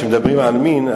כשמדברים על מין,